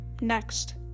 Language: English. next